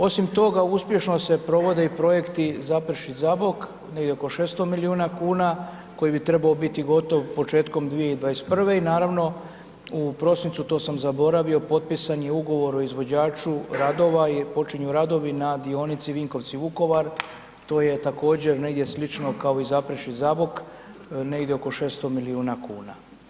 Osim toga, uspješno se provode i projekti Zaprešić-Zabok, negdje oko 600 milijuna kuna, koji bi trebao biti gotov početkom 2021. i naravno u prosincu, to sam zaboravio, potpisan je ugovor o izvođaču radova, počinju radovi na dionici Vinkovci-Vukovar, to je također negdje slično kao i Zaprešić-Zabok, negdje oko 600 milijuna kuna.